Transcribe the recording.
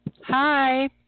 Hi